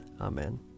Amen